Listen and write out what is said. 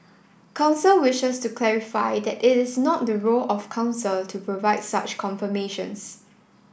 council wishes to clarify that it is not the role of council to provide such confirmations